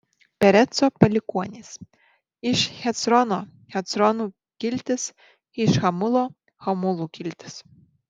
pereco palikuonys iš hecrono hecronų kiltis iš hamulo hamulų kiltis